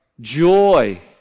joy